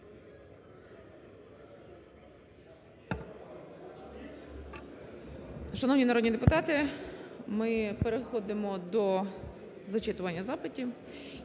Шановні народні депутати! Ми переходимо до зачитування запитів.